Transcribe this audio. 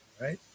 right